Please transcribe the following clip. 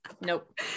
Nope